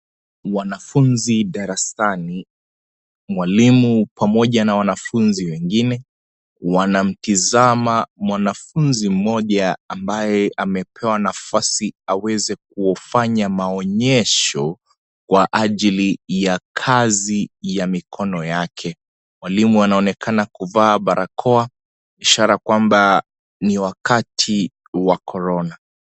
Wanafunzi darasani, mwalimu pamoja na wanafunzi wengine wanamtizama mwanafunzi moja ambaye amepewa nafasi aweze kufanya maonyesho kwa ajili ya kazi ya mkono yake, mwalimu anaoneka kuvaa barakoa isha kwamba ni wakati wa Corona.